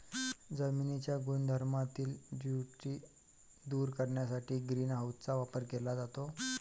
जमिनीच्या गुणधर्मातील त्रुटी दूर करण्यासाठी ग्रीन हाऊसचा वापर केला जातो